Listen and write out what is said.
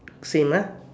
same uh